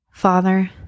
Father